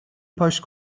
پاش